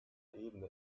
ebene